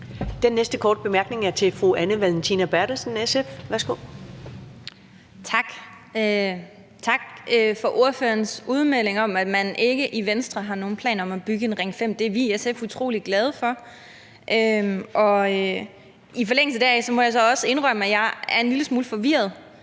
Den næste korte bemærkning er fra fru Anne Valentina Berthelsen, SF. Værsgo. Kl. 13:16 Anne Valentina Berthelsen (SF): Tak for ordførerens udmelding om, at man i Venstre ikke har planer om at bygge en Ring 5. Det er vi i SF utrolig glade for. I forlængelse deraf må jeg så også indrømme, at jeg er en lille smule forvirret